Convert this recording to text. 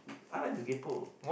I like to kaypo